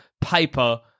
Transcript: paper